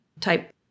type